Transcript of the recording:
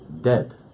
dead